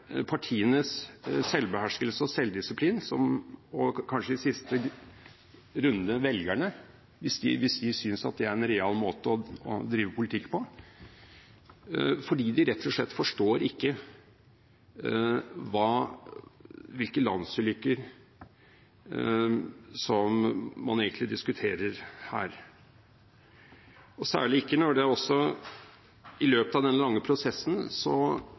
partienes selvbeherskelse og selvdisiplin – og kanskje i siste runde velgerne – hvis de synes det er en real måte å drive politikk på, fordi de rett og slett ikke forstår hvilke lands ulykker man egentlig diskuterer her. Så må jeg også si, som medlem av komiteen, at vi i løpet av denne prosessen